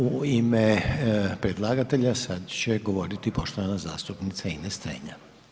U ime predlagatelja sad će govoriti poštovan zastupnica Ines Strenja.